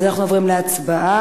אנחנו עוברים להצבעה.